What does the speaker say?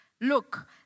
Look